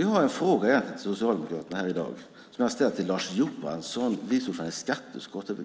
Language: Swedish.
Jag har en fråga till Socialdemokraterna här i dag som jag också har ställt till Lars Johansson, vice ordförande i skatteutskottet,